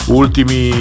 ultimi